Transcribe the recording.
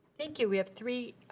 thank you, we have three,